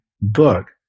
book